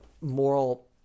moral